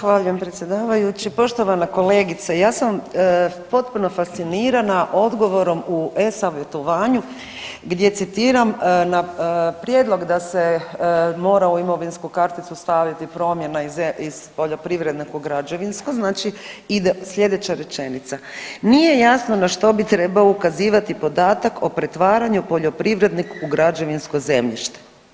Zahvaljujem predsjedavajući, poštovana kolegice, ja sam potpuno fascinirana odgovorom u e-savjetovanju gdje citiram, na prijedlog da se mora u imovinsku karticu staviti promjena iz poljoprivrednog u građevinsko znači ide sljedeća rečenica: Nije jasno na što bi trebao ukazivati podatak o pretvaranju poljoprivrednog i građevinsko zemljište.